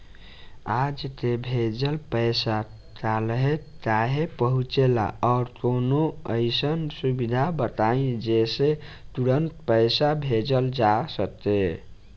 आज के भेजल पैसा कालहे काहे पहुचेला और कौनों अइसन सुविधा बताई जेसे तुरंते पैसा भेजल जा सके?